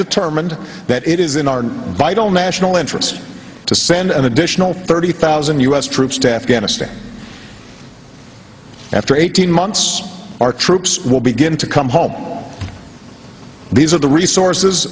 determined that it is in our vital national interest to send an additional thirty thousand u s troops to afghanistan after eighteen months our troops will begin to come home these are the resources